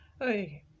Hey